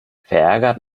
verärgert